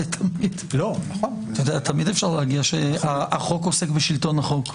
תמיד אפשר להגיד שהחוק עוסק בשלטון החוק.